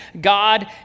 God